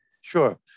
Sure